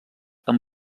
amb